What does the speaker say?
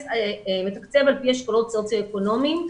התקצוב מתקצב על פי אשכולות סוציו אקונומיים.